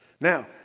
Now